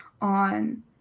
on